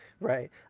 Right